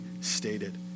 Stated